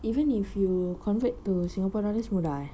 even if you convert to singapore nowadays murah eh